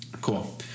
Cool